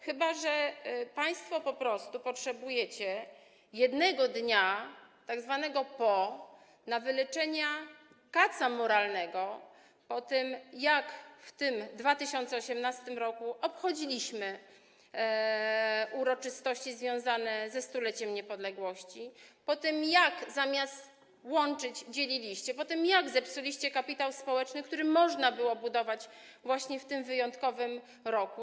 Chyba że państwo po prostu potrzebujecie 1 dnia, tzw. dnia po, na wyleczenie kaca moralnego po tym, jak w 2018 r. obchodziliśmy uroczystości związane ze 100-leciem niepodległości, po tym, jak zamiast łączyć, dzieliliście, po tym, jak zepsuliście kapitał społeczny, który można było budować właśnie w tym wyjątkowym roku.